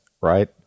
right